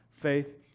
faith